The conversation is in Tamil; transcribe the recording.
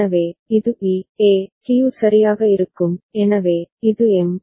எனவே இது பி ஏ கியூ சரியாக இருக்கும் எனவே இது எம்